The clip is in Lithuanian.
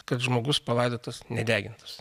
kad žmogus palaidotas nedegintas